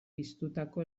piztutako